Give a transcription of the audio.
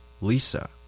Lisa